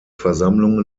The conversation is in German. versammlungen